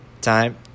Time